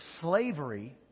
slavery